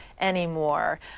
anymore